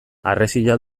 harresia